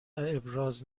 ابراز